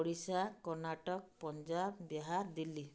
Odisha Karnataka Punjab Bihar Delhi